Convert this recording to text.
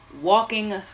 walking